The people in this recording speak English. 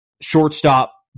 shortstop